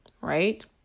right